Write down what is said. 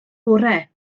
bore